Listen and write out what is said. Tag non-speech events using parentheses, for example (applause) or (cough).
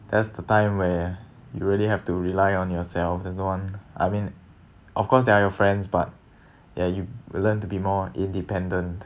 that's the time where you really have to rely on yourself there's no one (noise) I mean of course there are your friends but (breath) ya you learn to be more independent